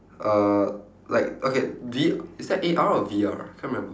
uh like okay V is that A_R or V_R can't remember